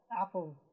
Apple